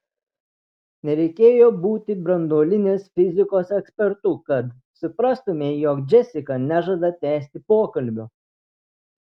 nereikėjo būti branduolinės fizikos ekspertu kad suprastumei jog džesika nežada tęsti pokalbio